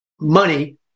money